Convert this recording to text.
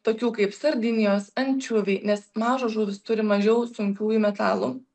tokių kaip sardinijos ančiuviai nes mažos žuvys turi mažiau sunkiųjų metalų